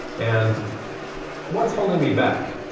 and what's holding me back?